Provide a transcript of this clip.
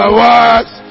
words